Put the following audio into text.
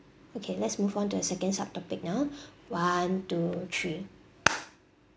okay let's move on to the second subtopic now one two three